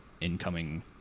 incoming